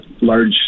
large